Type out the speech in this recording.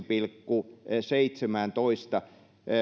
pilkku seitsemääntoista